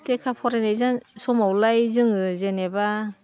लेखा फरायनाय समावलाय जोङो जेनेबा